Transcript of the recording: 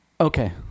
okay